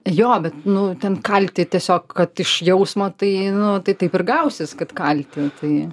jo bet nu ten kalti tiesiog kad iš jausmo tai nu tai taip ir gausis kad kalti tai